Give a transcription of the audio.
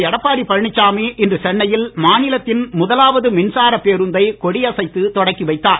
எடப்பாடி பழனிசாமி இன்று சென்னையில் மாநிலத்தின் முதலாவது மின்சாரப் பேருந்தை கொடி அசைத்து தொடக்கி வைத்தார்